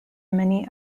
many